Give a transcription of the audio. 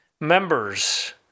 Members